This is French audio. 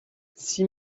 six